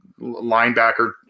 linebacker